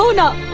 so not